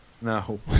No